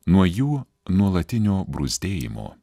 nuo jų nuolatinio bruzdėjimo